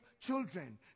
children